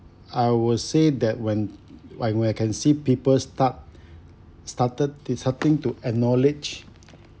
I will say that when I when I can see people start started they starting to acknowledge